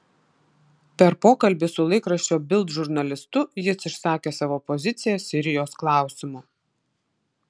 per pokalbį su laikraščio bild žurnalistu jis išsakė savo poziciją sirijos klausimu